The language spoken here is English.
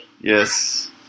Yes